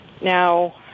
Now